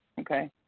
Okay